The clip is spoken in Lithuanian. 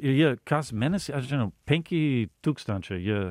ir jie kas mėnesį aš žinau penki tūkstančiai yra